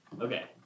okay